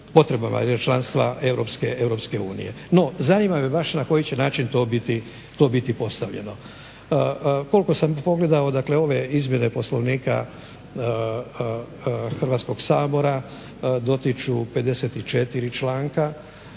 Europske unije. No, zanima me baš na koji će način to biti postavljeno. Koliko sam pogledao, dakle ove izmjene Poslovnika Hrvatskog sabora dotiču 54 članka